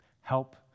help